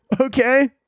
okay